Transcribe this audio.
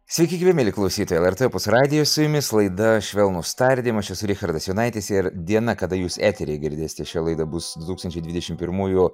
sveiki gyvi mieli klausytojai el er tė opus radijas su jumis laida švelnūs tardymai aš esu richardas jonaitis ir diena kada jūs eteryje girdėsi šią laidą bus du tūkstančiai dvidešimt pirmųjų